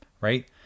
right